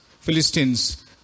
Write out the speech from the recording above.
Philistines